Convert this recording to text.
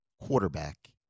quarterback